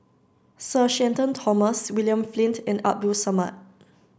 Sir Shenton Thomas William Flint and Abdul Samad